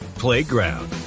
Playground